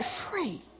free